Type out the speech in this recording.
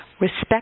Respect